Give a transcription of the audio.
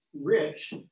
rich